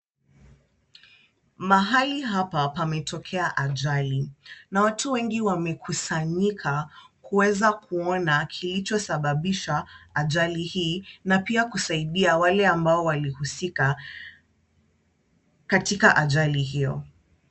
Mahali hapa pametokea ajali na watu wengi wamekusanyika kuweza kuona kilichosababisha ajali hii na pia kusaidia wale ambao walihusika katika ajali hiyo.